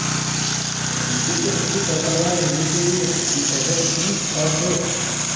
पपीते से अच्छी पैदावार लेने के लिए प्रति पौधा कितनी खाद दें?